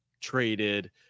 traded